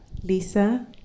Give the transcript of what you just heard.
Lisa